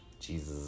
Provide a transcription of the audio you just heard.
Jesus